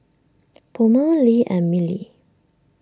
Puma Lee and Mili